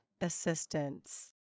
assistance